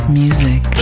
music